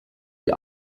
die